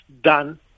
done